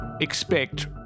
expect